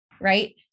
right